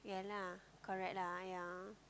yeah lah correct lah yeah